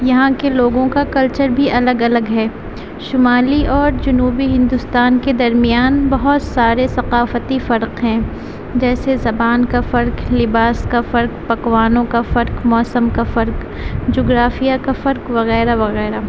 یہاں کے لوگوں کا کلچر بھی الگ الگ ہے شمالی اور جنوبی ہندوستان کے درمیان بہت سارے ثقافتی فرق ہیں جیسے زبان کا فرق لباس کا فرق پکوانوں کا فرق موسم کا فرق جغرافیہ کا فرق وغیرہ وغیرہ